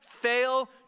fail